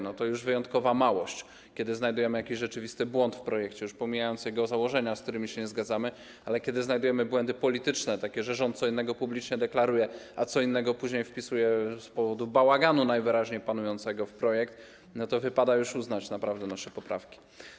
No, to już wyjątkowa małość, kiedy znajdujemy jakiś rzeczywisty błąd w projekcie, pomijając jego założenia, z którymi się nie zgadzamy, ale kiedy znajdujemy błędy polityczne, takie, że rząd co innego publicznie deklaruje, a co innego później wpisuje, z powodu najwyraźniej panującego bałaganu, do projektu, to naprawdę wypadałoby już uznać nasze poprawki.